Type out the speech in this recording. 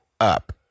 up